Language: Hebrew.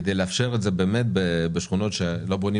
כדי לאפשר את זה באמת בשכונות שלא בונים